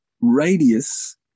radius